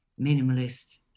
minimalist